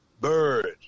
bird